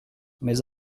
mais